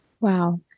Wow